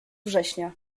września